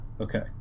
okay